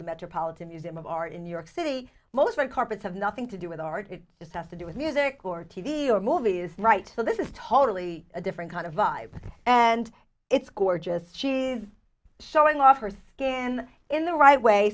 the metropolitan museum of art in new york city most my carpets have nothing to do with art it just has to do with music or t v or movies right now this is totally a different kind of vibe and it's gorgeous she is showing off her skin in the right way